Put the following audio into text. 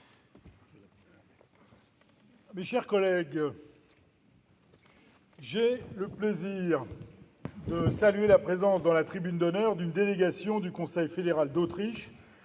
Mes chers collègues, j'ai le plaisir de saluer la présence dans la tribune d'honneur d'une délégation du Conseil fédéral d'Autriche,